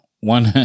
one